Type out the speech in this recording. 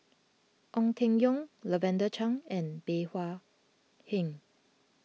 Ong Keng Yong Lavender Chang and Bey Hua Heng